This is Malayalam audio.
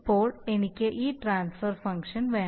ഇപ്പോൾ എനിക്ക് ഈ ട്രാൻസ്ഫർ ഫംഗ്ഷൻ വേണം